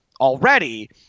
already